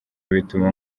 bituma